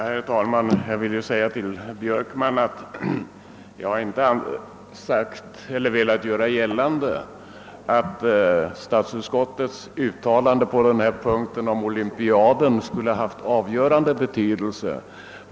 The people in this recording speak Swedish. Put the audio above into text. Herr talman! Jag vill till herr Björkman säga att jag inte velat göra gällande att statsutskottets uttalande på den föreliggande punkten om olympiaden skulle ha haft någon avgörande betydelse.